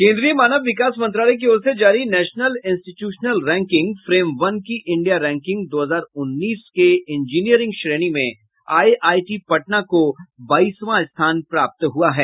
केन्द्रीय मानव विकास मंत्रालय की ओर से जारी national institutional ranking framework की इंडिया रैंकिंग दो हजार उन्नीस के इंजीनियरिंग श्रेणी में आई आई टी पटना को बाईसवां स्थान प्राप्त हुआ है